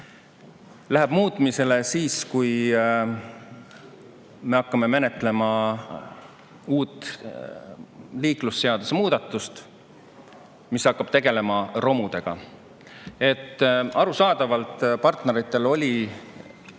läheb muutmisele siis, kui me hakkame menetlema liiklusseaduse muudatust, mis tegeleb romudega. Arusaadavalt partneritel oli